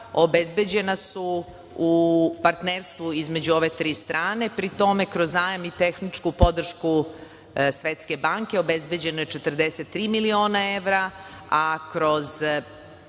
obezbeđena su u partnerstvu između ove tri strane. Pri tome, kroz zajam i tehničku podršku Svetske banke, obezbeđeno je 43 miliona evra, a kroz